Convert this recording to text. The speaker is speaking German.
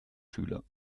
schüler